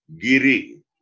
Giri